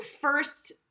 first